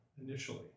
initially